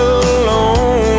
alone